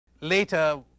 Later